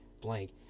blank